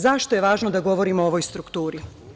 Zašto je važno da govorimo o ovoj strukturi?